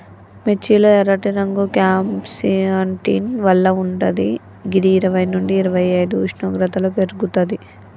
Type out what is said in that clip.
మిర్చి లో ఎర్రటి రంగు క్యాంప్సాంటిన్ వల్ల వుంటది గిది ఇరవై నుండి ఇరవైఐదు ఉష్ణోగ్రతలో పెర్గుతది